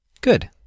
Good